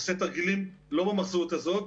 עושה תרגילים לא במסורת הזאת,